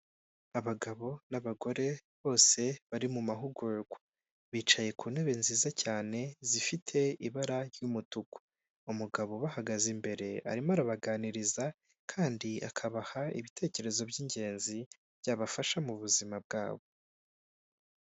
Abagabo n'abagore bose bari mu mahugurwa, bicaye ku ntebe nziza cyane zifite ibara ry'umutuku, umugabo abahagaze imbere arimo arabaganiriza kandi akabaha ibitekerezo by'ingenzi byabafasha mu buzima bwabo.